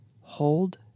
hold